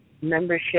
membership